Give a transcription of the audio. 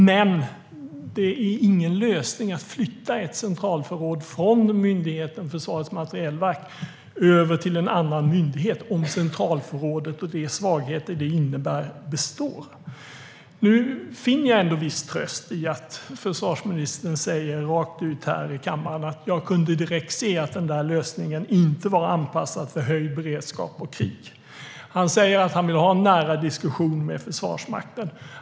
Men det är ingen lösning att flytta ett centralförråd från myndigheten Försvarets materielverk över till en annan myndighet, om centralförrådet och de svagheter det innebär består. Nu finner jag ändå viss tröst i att försvarsministern säger rakt ut här i kammaren att han direkt kunde se att lösningen inte var anpassad för höjd beredskap och krig. Han säger att han vill ha en nära diskussion med Försvarsmakten.